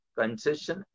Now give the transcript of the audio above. concession